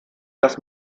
dass